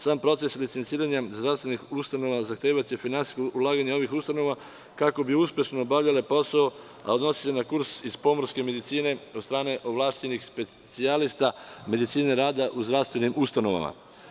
Sam proces recenziranja zdravstvenih ustanova zahtevaće finansijsko ulaganje ovih ustanova kako bi uspešno obavljale posao a odnosi se na kurs iz pomorske medicine od strane ovlašćenih specijalista medicine rada u zdravstvenim ustanovama.